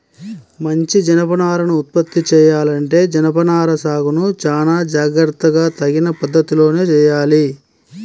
మంచి జనపనారను ఉత్పత్తి చెయ్యాలంటే జనపనార సాగును చానా జాగర్తగా తగిన పద్ధతిలోనే చెయ్యాలి